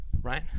Right